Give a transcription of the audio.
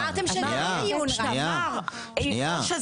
אמרתם שזה --- שנייה, שנייה.